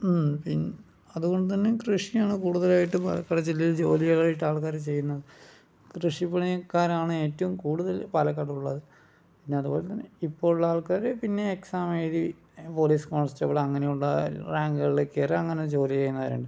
അതുകൊണ്ട് തന്നെ കൃഷിയാണ് കൂടുതലായിട്ടും പാലക്കാട് ജില്ലയിൽ ജോലികളായിട്ട് ചെയ്യുന്നത് ഇപ്പം കൃഷിപ്പണിക്കാരാണ് ഏറ്റവും കൂടുതൽ പാലക്കാടുള്ളത് പിന്നെ അതുപോലെ തന്നെ ഇപ്പോൾ ഉള്ള ആൾക്കാര് പിന്നെ എക്സാമെഴുതി പോലീസ് കോൺസ്റ്റബിൾ അങ്ങനെയുള്ള റാങ്ക്കളിലേക്ക് കയറും അങ്ങനെ ജോലി ചെയ്യുന്നവരുണ്ട്